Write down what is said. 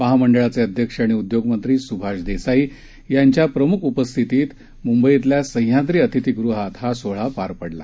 महामंडळाचे अध्यक्ष आणि उद्योगमंत्री सुभाष देसाई यांच्या प्रमुख उपस्थितीत मुंबईतल्या सह्याद्री अतिथीगृहात हा सोहळा पार पडला